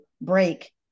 break